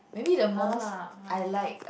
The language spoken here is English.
[huh] really